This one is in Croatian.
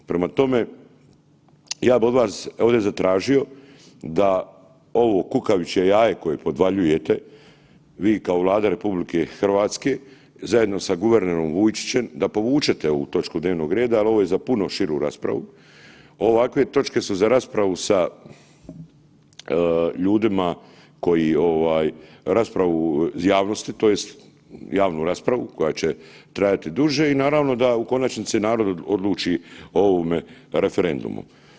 Prema tome, ja bi od vas ovdje zatražio da ovo kukavičje jaje koje podvaljujete vi kao Vlada RH zajedno sa guvernerom Vujčićem da povučete ovu točku dnevnog reda jel ovo je za puno širu raspravu, ovakve točke su za raspravu sa ljudima koji ovaj raspravu javnosti tj. javnu raspravu koja će trajati duže i naravno da u konačnici narod odluči o ovome referendumu.